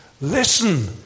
listen